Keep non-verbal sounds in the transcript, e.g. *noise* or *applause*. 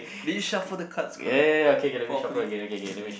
did you shuffle the cards correct *noise* properly *noise* okay